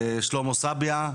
שלמה סבייה,